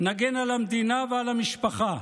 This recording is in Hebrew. נגן על המדינה ועל המשפחה.